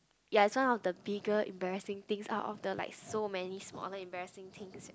ya it's one of the bigger embarrassing things out of the like so many smaller embarrassing things